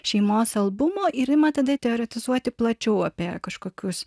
šeimos albumo ir ima tada teotezituoti plačiau apie kažkokius